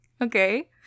okay